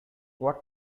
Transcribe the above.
what